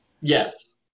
Yes